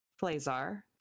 Flazar